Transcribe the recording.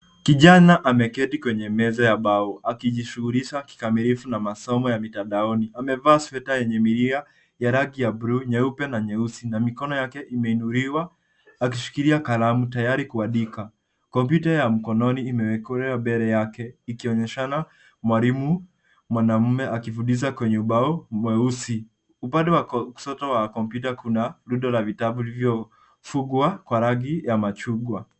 Kijana ameketi kwenye meza ya mbao akijishughulisha kikamilifu na masomo ya mitandaoni. amevaa sweta yenye milia ya rangi ya bluu, nyeupe na nyeusi na mikono yake imeinuliwa akishikilia kalama tayari kuandika. Kompyuta ya mkononi imewekelewa mbele yake ikionyeshana mwalimu mwanaume akifundisha kwenye ubao mweusi. Upande wa kushoto wa kompyuta kuna rundo ya vitabu lilivyofungwa kwa rangi ya machungwa.